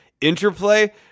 interplay